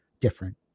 different